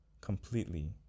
completely